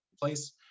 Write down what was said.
place